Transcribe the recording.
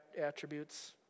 attributes